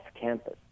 campus